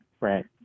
right